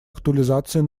актуализацией